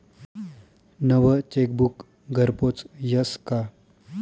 नवं चेकबुक घरपोच यस का?